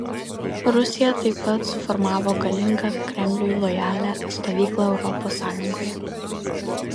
rusija taip pat suformavo galingą kremliui lojalią stovyklą europos sąjungoje